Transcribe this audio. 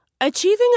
Achieving